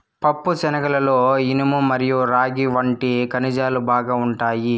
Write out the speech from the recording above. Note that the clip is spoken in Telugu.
పప్పుశనగలలో ఇనుము మరియు రాగి వంటి ఖనిజాలు బాగా ఉంటాయి